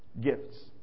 gifts